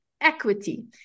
equity